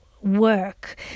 work